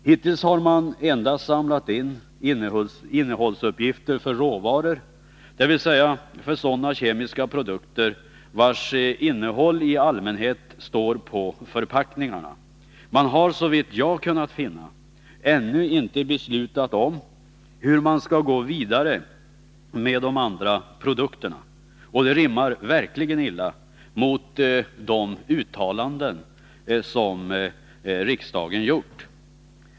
Hittills har man endast samlat in innehållsuppgifter för råvaror, dvs. för sådana kemiska produkter vilkas innehåll i allmänhet står på förpackningarna. Man har, så vitt jag har kunnat finna, ännu inte beslutat om hur man skall gå vidare med de andra produkterna. Det rimmar verkligen illa med de uttalanden som riksdagen har gjort.